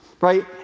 Right